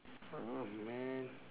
oh man